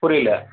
புரியல